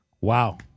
Wow